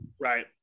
right